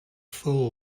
fool